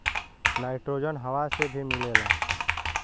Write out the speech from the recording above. nitrogen हवा से भी मिलेला